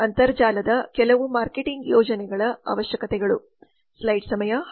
ಇವು ಅಂತರ್ಜಾಲದ ಕೆಲವು ಮಾರ್ಕೆಟಿಂಗ್ ಯೋಜನೆಗಳ ಅವಶ್ಯಕತೆಗಳು